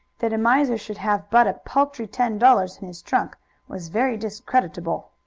that a miser should have but a paltry ten dollars in his trunk was very discreditable.